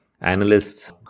analysts